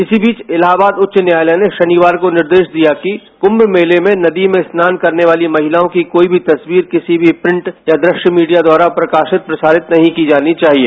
इसी बीच इलाहाबाद उच्च न्यायालय ने शनिवार को निर्देश दिया कि कुम्म मेले में नदी स्नान करने वाली महिलाओं की कोई भी तस्वीर किसी भी प्रिंट या दृश्य मीडिया द्वारा प्रकाशित प्रसारित नहीं जानी चाहिए